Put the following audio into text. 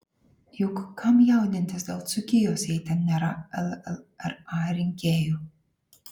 juk kam jaudintis dėl dzūkijos jei ten nėra llra rinkėjų